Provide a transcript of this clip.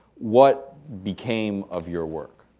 what became of your work?